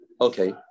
Okay